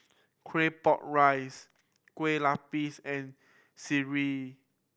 Claypot Rice Kueh Lupis and sireh